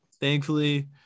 thankfully